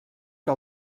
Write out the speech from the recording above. que